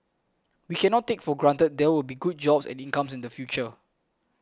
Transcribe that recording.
we cannot take for granted there will be good jobs and incomes in the future